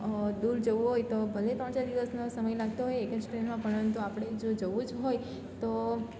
દૂર જવું હોય તો ભલે ત્રણ ચાર દિવસનો સમય લાગતો હોય એક જ ટ્રેનમાં પરંતુ આપણે જો જવું જ હોય તો